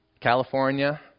California